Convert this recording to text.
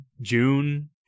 June